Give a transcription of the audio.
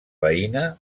veïna